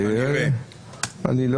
אני לא